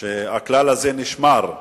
שהכלל הזה נשמר,